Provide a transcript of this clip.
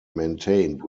maintained